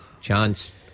Chance